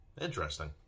interesting